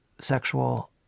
sexual